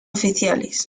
oficiales